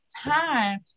time